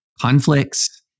conflicts